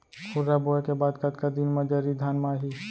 खुर्रा बोए के बाद कतका दिन म जरी धान म आही?